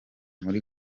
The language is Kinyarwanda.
muri